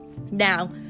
Now